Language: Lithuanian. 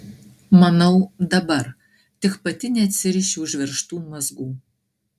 manau dabar tik pati neatsirišiu užveržtų mazgų